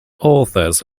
authors